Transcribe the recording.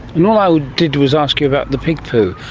and all i did was ask you about the pig poo!